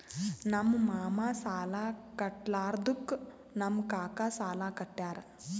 ನಮ್ ಮಾಮಾ ಸಾಲಾ ಕಟ್ಲಾರ್ದುಕ್ ನಮ್ ಕಾಕಾ ಸಾಲಾ ಕಟ್ಯಾರ್